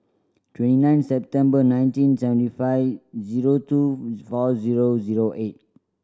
twenty nine September nineteen seventy five zero two four zero zero eight